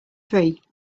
three